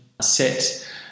set